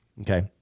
Okay